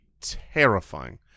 terrifying